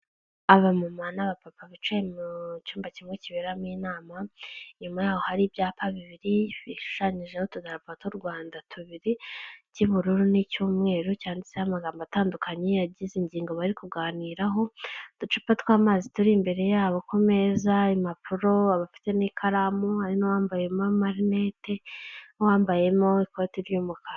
Abamamana n'abapapa bicaye mu cyumba kimwe kiberamo inama, inyuma yaho hari ibyapa bibiri bishushanyijeho utudarapo tw'u Rwanda tubiri, icy'ubururu n'icyumweru, cyanditseho amagambo atandukanye agize ingingo bari kuganiraho, uducupa tw'amazi turi imbere yabo ku meza, impapuro abafite n'ikaramu hari n'uwambayemo amarinete, n'uwambayemo ikoti ry'umukara.